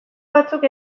batzuk